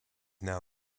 now